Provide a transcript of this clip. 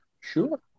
Sure